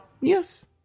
yes